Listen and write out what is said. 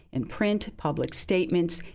and print, public statements,